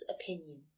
opinion